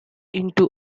into